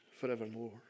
forevermore